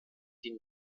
die